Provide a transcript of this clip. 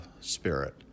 Spirit